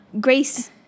Grace